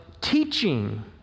teaching